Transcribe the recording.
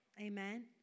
Amen